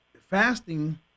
fasting